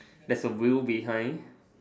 there's a wheel behind